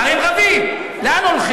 הרי הם רבים, לאן הולכים?